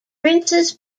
princes